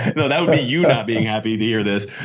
no that would be you not being happy to hear this.